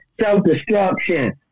self-destruction